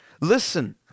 Listen